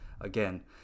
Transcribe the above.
again